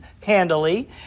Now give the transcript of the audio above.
handily